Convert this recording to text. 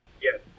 Yes